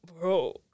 bro